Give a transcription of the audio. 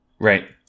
Right